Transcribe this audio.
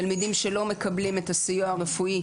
תלמידים שלא מקבלים את הסיוע הרפואי,